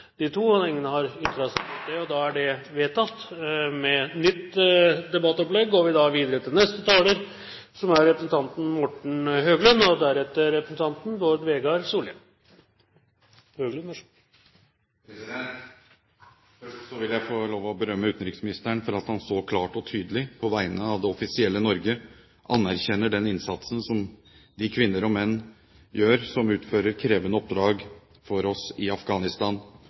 de to innleggene. – Ingen har ytret seg mot det, og da er nytt debattopplegg vedtatt. Først vil jeg få lov til å berømme utenriksministeren for at han så klart og tydelig på vegne av det offisielle Norge anerkjenner den innsatsen som de kvinner og menn gjør, som utfører krevende oppdrag for oss i Afghanistan,